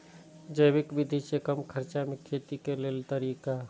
जैविक विधि से कम खर्चा में खेती के लेल तरीका?